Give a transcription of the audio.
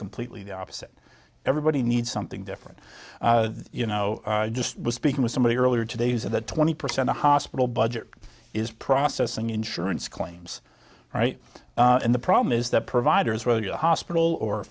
completely the opposite everybody needs something different you know just was speaking with somebody earlier today is that twenty percent a hospital budget is processing insurance claims right and the problem is that providers roja hospital or